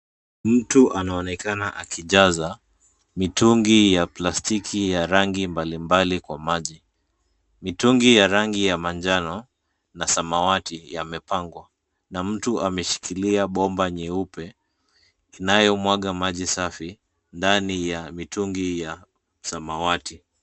Mtu anaonekana akijaza mitungi ya plastiki ya rangi mbalimbali kwa maji. Mitungi ya rangi ya manjano na samawati, yamepangwa, na mtu ameshikilia bomba nyeupe inayomwaga maji safi ndani ya mitungi ya samawati.